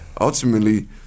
ultimately